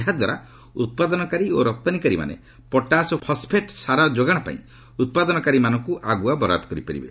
ଏହାଦ୍ୱାରା ଉତ୍ପାଦନକାରୀ ଓ ରପ୍ତାନୀକାରୀମାନେ ପଟାସ୍ ଓ ଫସ୍ଫେଟ୍ ସାର ଯୋଗାଣପାଇଁ ଉତ୍ପାଦନକାରୀମାନଙ୍କୁ ଆଗୁଆ ବରାଦ କରିପାରିବେ